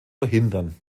verhindern